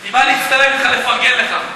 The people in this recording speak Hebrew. אני בא להצטלם אתך ולפרגן לך.